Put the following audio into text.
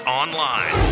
online